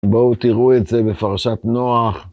בואו תראו את זה בפרשת נוח.